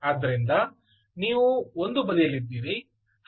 ಆದ್ದರಿಂದ ನೀವು ಒಂದು ಬದಿಯಲ್ಲಿದ್ದೀರಿ ಹಾಗೂ ಇನ್ನೊಂದು ಬದಿಯಲ್ಲಿ ಕಂಪನಗಳಿವೆ